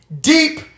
Deep